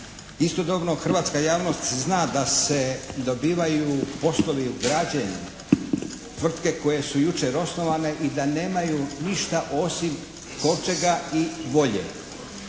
Istodobno hrvatska javnost zna da se dobivaju poslovi u građenju tvrtke koje su jučer osnovane i da nemaju ništa osim kovčega i golje.